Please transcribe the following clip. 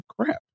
crap